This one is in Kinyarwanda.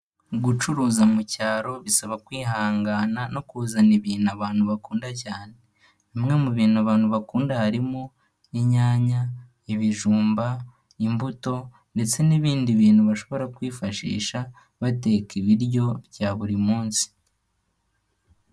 Gucuruza mu cyaro bisaba kwihangana, no kuzana ibintu abantu bakunda cyane. Bimwe mu bintu abantu bakunda harimo inyanya, ibijumba, imbuto, ndetse n'ibindi bintu bashobora kwifashisha, bateka ibiryo bya buri munsi.